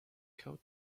code